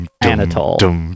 anatole